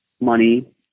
money